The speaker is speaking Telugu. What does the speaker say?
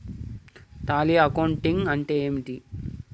టాలీ అకౌంటింగ్ అంటే ఏమిటి?